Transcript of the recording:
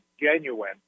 genuine